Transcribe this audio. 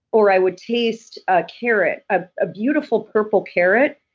or i would taste a carrot, ah a beautiful purple carrot,